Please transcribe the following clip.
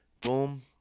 boom